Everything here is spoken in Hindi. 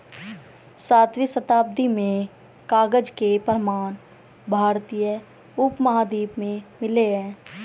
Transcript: सातवीं शताब्दी में कागज के प्रमाण भारतीय उपमहाद्वीप में मिले हैं